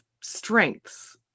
strengths